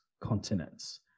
continents